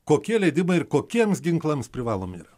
kokie leidimai ir kokiems ginklams privalomi yra